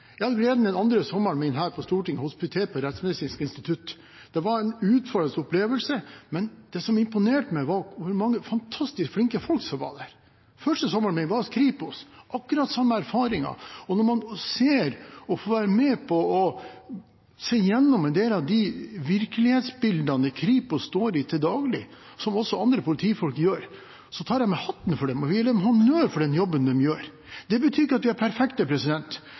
andre sommeren min her på Stortinget hospiterte jeg ved Rettsmedisinsk institutt. Det var en utfordrende opplevelse, men det som imponerte meg, var hvor mange fantastisk flinke folk som var der. Den første sommeren her var jeg hos Kripos – og hadde akkurat den samme erfaringen. Når man får være med på å se igjennom en del av de virkelighetsbildene som viser hva Kripos står i til daglig, og som også andre politifolk står i, tar jeg av meg hatten for dem og gir dem honnør for den jobben de gjør. Det betyr ikke at vi er